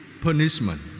punishment